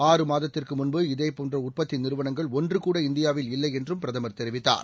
ஆறு மாதத்திற்கு முன்பு இதுபோன்ற உற்பத்தி நிறுவனங்கள் ஒன்றுகூட இந்தியாவில் இல்லை என்றும் பிரதமர் தெரிவித்தார்